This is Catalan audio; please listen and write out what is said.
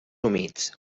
humits